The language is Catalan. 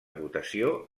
votació